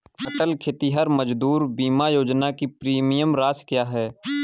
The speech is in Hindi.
अटल खेतिहर मजदूर बीमा योजना की प्रीमियम राशि क्या है?